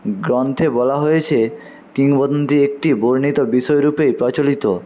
গ্রন্থে বলা হয়েছে কিংবদন্তি একটি বর্ণিত বিষয়রূপেই প্রচলিত